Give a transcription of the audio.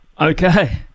Okay